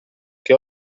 che